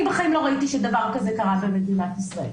אני בחיים לא ראיתי שדבר כזה קרה במדינת ישראל.